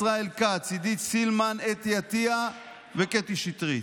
ישראל כץ, עידית סילמן, אתי עטייה וקטי שטרית.